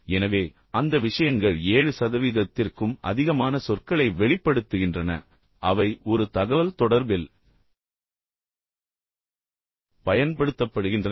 எனவே அந்த விஷயங்கள் 7 சதவீதத்திற்கும் அதிகமான சொற்களை வெளிப்படுத்துகின்றன அவை ஒரு தகவல்தொடர்பில் பயன்படுத்தப்படுகின்றன